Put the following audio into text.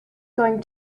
going